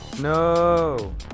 No